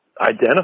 identify